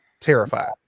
Terrified